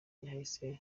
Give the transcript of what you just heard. yahise